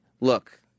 look